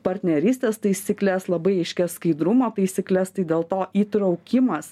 partnerystės taisykles labai aiškias skaidrumo taisykles tai dėl to įtraukimas